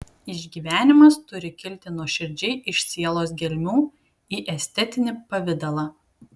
išgyvenimas turi kilti nuoširdžiai iš sielos gelmių į estetinį pavidalą